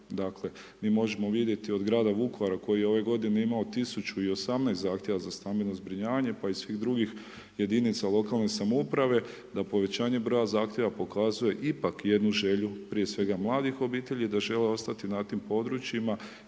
Dakle, mi možemo vidjeti od grada Vukovara koji je ove godine imao 1018 zahtjeva za stambeno zbrinjavanje, pa i svih drugih jedinica lokalne samouprave da povećanje broja zahtjeva pokazuje ipak jednu želju, prije svega, mladih obitelji da žele ostati na tim područjima